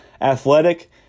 athletic